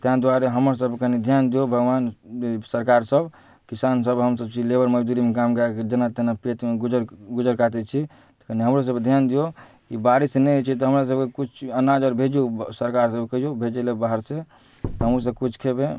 ताहि दुआरे हमरसभके कनि धिआन दिऔ भगवान सरकारसब किसानसभ हमसभ छी लेबर मजदूरीमे काम कऽ कऽ जेना तेना पेटमे गुजर गुजर काटै छी तऽ कनि हमरोसभपर धिआन दिऔ कि बारिश नहि होइ छै तऽ हमरासभके किछु अनाज आओर भेजू सरकारसबके कहिऔ भेजैलए बाहरसँ तऽ हमहूँसभ किछु खेबै